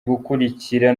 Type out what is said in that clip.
gukurikira